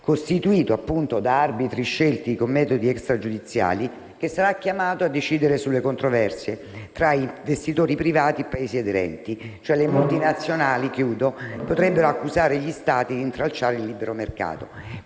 costituito da arbitri scelti con metodi extragiudiziali, che sarà chiamato a decidere sulle controversie tra investitori privati e i Paesi aderenti. Le multinazionali potrebbero cioè accusare gli Stati di intralciare il libero mercato.